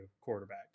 quarterback